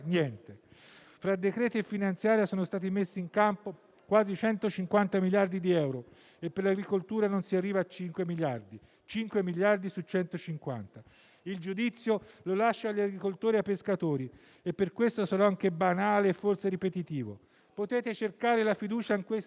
manovra finanziaria sono stati messi in campo quasi 150 miliardi di euro e per l'agricoltura non si arriva a 5 miliardi: 5 miliardi su 150. Il giudizio lo lascio agli agricoltori e ai pescatori. Per questo sarò anche banale e forse ripetitivo: potete cercare la fiducia in quest'Aula